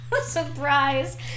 Surprise